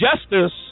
justice